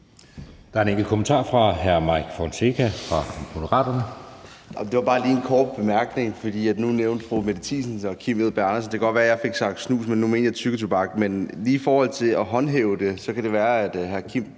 Der er en enkelt kommentar fra hr. Mike Villa Fonseca fra Moderaterne.